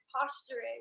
posturing